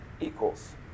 equals